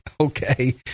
okay